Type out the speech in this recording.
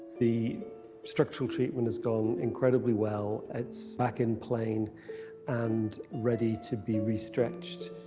the structural treatment has gone incredibly well. it's back in plane and ready to be re-stretched.